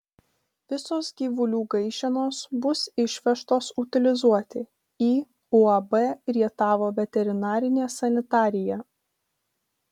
visos gyvulių gaišenos bus išvežtos utilizuoti į uab rietavo veterinarinė sanitarija